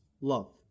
love